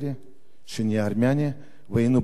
והשני ארמני, והיינו במבצעים.